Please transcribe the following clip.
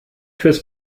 fürs